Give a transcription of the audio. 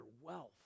wealth